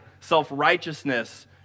self-righteousness